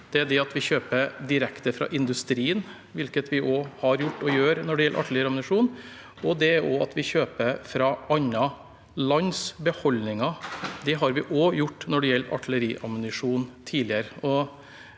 ved at vi kjøper direkte fra industrien, hvilket vi også har gjort og gjør når det gjelder artilleriammunisjon, og også ved at vi kjøper fra andre lands beholdninger. Det har vi også gjort tidligere når det gjelder artilleriammunisjon.